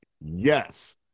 yes